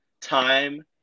time